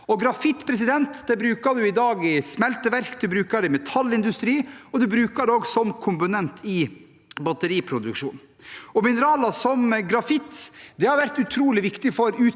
kvalitet. Grafitt bruker man i dag i smelteverk, i metallindustri og som komponent i batteriproduksjon. Mineraler som grafitt har vært utrolig viktig for utviklingen